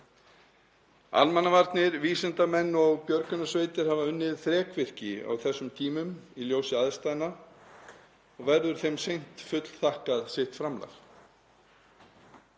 Almannavarnir, vísindamenn og björgunarsveitir hafa unnið þrekvirki á þessum tímum, í ljósi aðstæðna, og verður þeim seint fullþakkað sitt framlag.